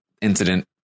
incident